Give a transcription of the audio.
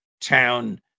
town